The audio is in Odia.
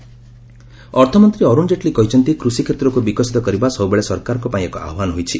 ଜେଟଲୀ ଇଣ୍ଟରଭ୍ୟ ଅର୍ଥମନ୍ତ୍ରୀ ଅରୁଣ ଜେଟଲୀ କହିଛନ୍ତି କୃଷି କ୍ଷେତ୍ରକୁ ବିକଶିତ କରିବା ସବୁବେଳେ ସରକାରଙ୍କ ପାଇଁ ଏକ ଆହ୍ୱାନ ହୋଇଛି